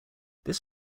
this